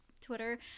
Twitter